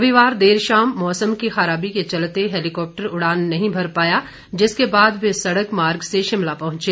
रविवार देर शाम मौसम की खराबी के चलते हेलीकॉप्टर उड़ान नहीं भर पाया जिसके बाद वे सड़क मार्ग से शिमला पहुंचे